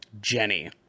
Jenny